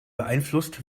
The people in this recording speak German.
beeinflusst